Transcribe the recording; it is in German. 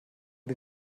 dir